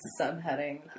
subheading